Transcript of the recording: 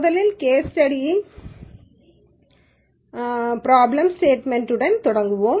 முதலில் கேஸ் ஸ்டடியை problem statement யுடன் தொடங்குவோம்